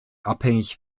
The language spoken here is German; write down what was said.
abhängig